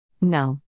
No